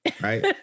Right